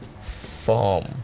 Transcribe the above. Form